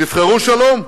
תבחרו שלום.